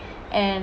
and